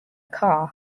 car